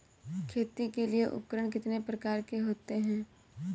खेती के लिए उपकरण कितने प्रकार के होते हैं?